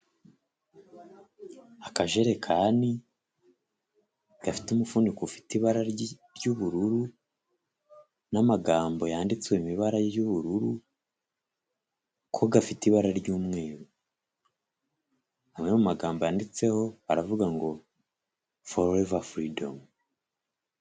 Akajerekani gafite umufuniko ufite ibara ry'ubururu n'amagambo yanditswe mu ibara y'ubururu ko gafite ibara ry'umweru, ayo magambo yanditseho aravuga ngo forever freedom.